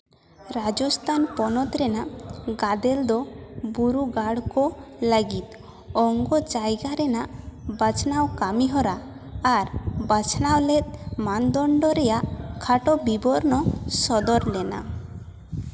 ᱨᱟᱡᱚᱥᱛᱷᱟᱱ ᱯᱚᱱᱚᱛ ᱨᱮᱭᱟᱜ ᱜᱟᱫᱮᱞ ᱫᱚ ᱵᱩᱨᱩ ᱜᱟᱲ ᱠᱚ ᱞᱟᱹᱜᱤᱫ ᱚᱝᱜᱚ ᱡᱟᱭᱜᱟ ᱨᱮᱱᱟᱜ ᱵᱟᱪᱷᱱᱟᱣ ᱠᱟᱹᱢᱤᱦᱚᱨᱟ ᱟᱨ ᱵᱟᱪᱷᱱᱟᱣ ᱞᱮᱫ ᱢᱟᱱᱫᱚᱱᱰᱚ ᱨᱮᱭᱟᱜ ᱠᱷᱟᱴᱚ ᱵᱤᱵᱚᱨᱱᱚ ᱥᱚᱫᱚᱨ ᱞᱮᱱᱟ